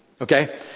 Okay